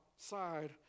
side